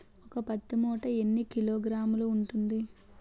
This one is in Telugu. ఒక పత్తి మూట ఎన్ని కిలోగ్రాములు ఉంటుంది?